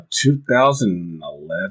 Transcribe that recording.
2011